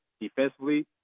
defensively